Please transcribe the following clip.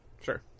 Sure